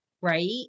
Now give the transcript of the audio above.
right